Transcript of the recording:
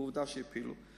ועובדה שהפילו,